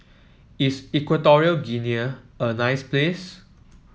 is Equatorial Guinea a nice place